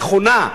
הנכונה,